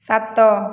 ସାତ